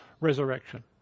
resurrection